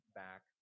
back